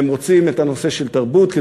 והם רוצים את הנושא של התרבות,